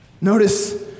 Notice